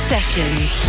Sessions